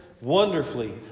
wonderfully